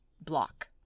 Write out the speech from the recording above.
block